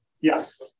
yes